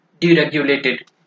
deregulated